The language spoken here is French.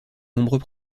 nombreux